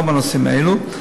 שלא בנושאים האלה.